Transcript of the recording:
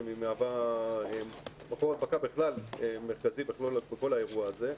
מהווה מקור הדבקה מרכזי בכל האירוע הזה,